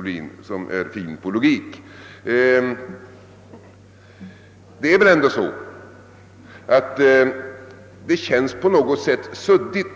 Det vet herr Ohlin, som är duktig när det gäller 1ogik. Det gjorde på något sätt ett suddigt